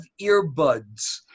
earbuds